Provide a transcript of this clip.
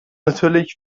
natürlich